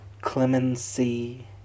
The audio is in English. ...clemency